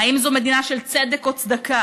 אם זו מדינה של צדק או צדקה,